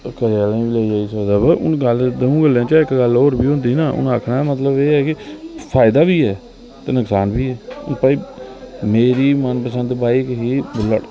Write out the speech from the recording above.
घरैं आह्लै बी लेई जाई सकदा अवा दऊं गल्लें चा इक गल्ल होर होंदी कि हुन आखने दा मतलव एह् कि फायदा बी ऐ ते नुक्सान बी ऐ भाई मेरी मन पसंद बाईक ही बुल्लट